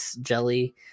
jelly